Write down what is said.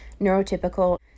neurotypical